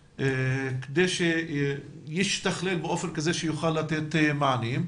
כדי שישתכלל באופן כזה שיוכל לתת מענים,